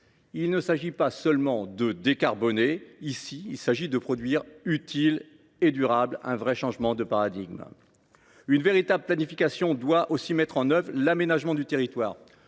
Il s’agit non pas seulement de décarboner ici, mais de produire utile et durable. Un vrai changement de paradigme ! Une véritable planification doit aussi intégrer les questions d’aménagement du territoire.